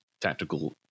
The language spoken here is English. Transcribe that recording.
tactical